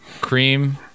Cream